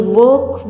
work